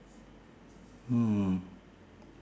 hmm